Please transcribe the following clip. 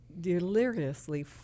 deliriously